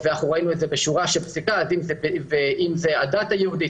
ראינו את זה בשורת --- הדת היהודית,